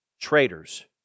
traitors